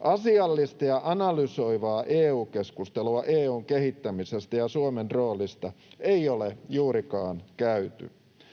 Asiallista ja analysoivaa EU-keskustelua EU:n kehittämisestä ja Suomen roolista ei ole juurikaan käyty.